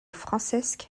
francesc